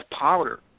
powder